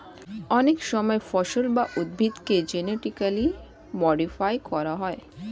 অনেক সময় ফসল বা উদ্ভিদকে জেনেটিক্যালি মডিফাই করা হয়